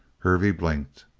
hervey blinked.